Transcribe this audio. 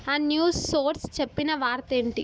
ఆ news source చెప్పిన వార్త ఏంటి